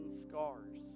scars